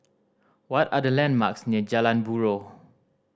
what are the landmarks near Jalan Buroh